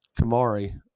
Kamari